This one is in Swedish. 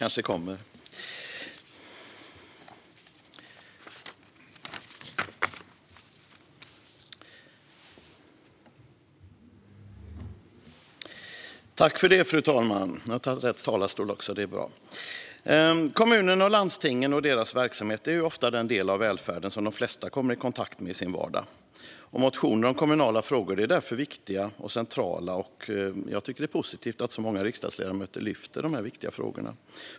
Fru talman! Kommunernas och landstingens verksamhet är ofta den del av välfärden som de flesta kommer i kontakt med i sin vardag. Motioner om kommunala frågor är därför viktiga och centrala, och det är positivt att så många riksdagsledamöter lyfter upp dessa viktiga frågor.